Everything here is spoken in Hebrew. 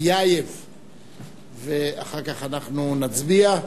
ואחר כך אנחנו נצביע,